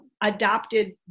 adopted